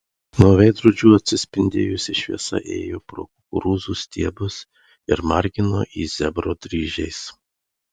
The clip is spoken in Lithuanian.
nuo veidrodžių atsispindėjusi šviesa ėjo pro kukurūzų stiebus ir margino jį zebro dryžiais